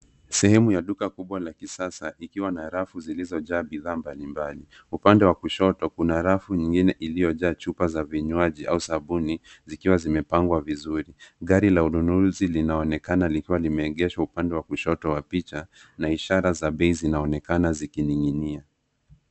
Sehemu ya duka kubwa la kisasa ikiwa na rafu zilizojaa bidhaa mbalimbali. Upande wa kushoto kuna rafu nyingine iliyojaa chupa za vinywaji au sabuni, zikiwa zimepangwa vizuri. Gari la ununuzi linaonekana likiwa limeegeshwa upande wa kushoto wa picha na ishara za bei zinaonekana zikining'inia.